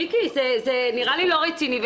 מיקי, זה נראה לי לא רציני.